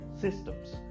systems